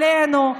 עלינו.